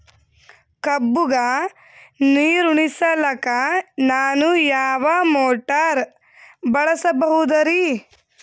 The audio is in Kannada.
ಕಬ್ಬುಗ ನೀರುಣಿಸಲಕ ನಾನು ಯಾವ ಮೋಟಾರ್ ಬಳಸಬಹುದರಿ?